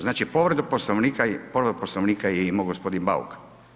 Znači povredu poslovnika je imao gospodin Bauk.